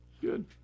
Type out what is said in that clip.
Good